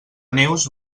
neus